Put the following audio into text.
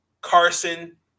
Carson